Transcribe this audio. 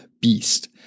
Beast